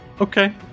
Okay